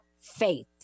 Faith